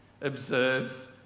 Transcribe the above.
observes